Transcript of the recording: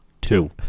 Two